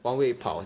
one week 跑